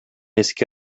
эске